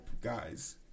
guys